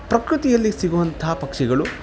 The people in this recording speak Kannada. ಪ್ರಕೃತಿಯಲ್ಲಿ ಸಿಗುವಂಥ ಪಕ್ಷಿಗಳು